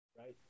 Right